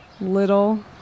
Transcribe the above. Little